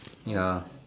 ya